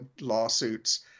lawsuits